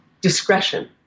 discretion